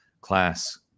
class